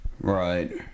Right